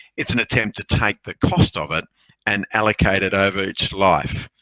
it's an attempt to take the cost of it and allocate it over its life.